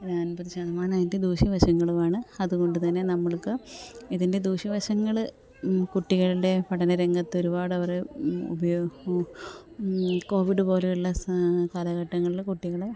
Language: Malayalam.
ഒരു അമ്പപത് ശതമാനം അതിന്റെ ദൂശ്യ വശങ്ങളുമാണ് അതു കൊണ്ട് തന്നെ നമ്മള്ക്ക് ഇതിന്റെ ദൂശ്യ വശങ്ങൾ കുട്ടികളുടെ പഠന രംഗത്ത് ഒരുപാട് അവറ് ഉപയോഗം കോവിഡ് പോലെയുള്ള കാലഘട്ടങ്ങളിൽ കുട്ടികൾ